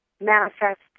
manifest